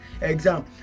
exam